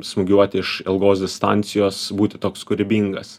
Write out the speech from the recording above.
smūgiuoti iš ilgos distancijos būti toks kūrybingas